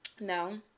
No